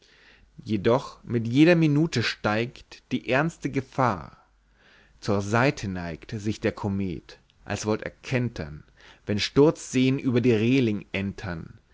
jedoch mit jeder minute steigt die ernste gefahr zur seite neigt sich der komet als wollt er kentern wenn sturzsee'n über die rehling entern